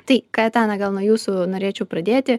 tai kaetana gal nuo jūsų norėčiau pradėti